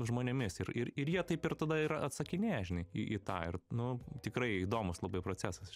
žmonėmis ir ir jie taip ir tada ir atsakinėja žinai į į tą ir nu tikrai įdomūs labai procesas